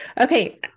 Okay